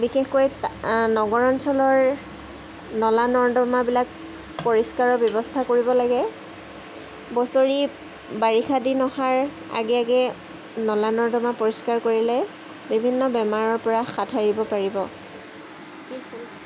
বিশেষকৈ নগৰ অঞ্চলৰ নলা নৰ্দমাবিলাক পৰিষ্কাৰৰ ব্যৱস্থা কৰিব লাগে বছৰি বাৰিষা দিন অহাৰ আগে আগে নলা নৰ্দমা পৰিষ্কাৰ কৰিলে বিভিন্ন বেমাৰৰ পৰা সাত সাৰিব পাৰিব